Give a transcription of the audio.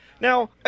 Now